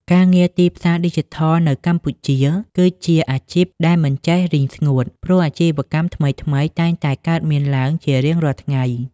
ការងារទីផ្សារឌីជីថលនៅកម្ពុជាគឺជាអាជីពដែលមិនចេះរីងស្ងួត ព្រោះអាជីវកម្មថ្មីៗតែងតែកើតមានឡើងជារៀងរាល់ថ្ងៃ។